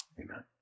Amen